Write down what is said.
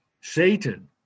Satan